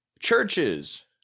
Churches